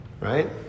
right